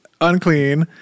unclean